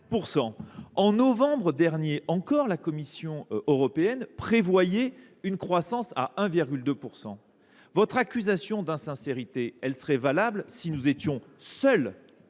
En novembre dernier, la Commission européenne prévoyait encore une croissance de 1,2 %. Votre accusation d’insincérité serait valable si nous étions seuls